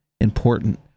important